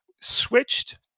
switched